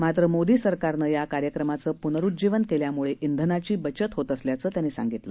मात्र मोदी सरकारनं या कार्यक्रमाचं पुनरुज्जीवन केल्यामुळे धिनाची बचत होत असल्याचं त्यांनी सांगितलं